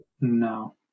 No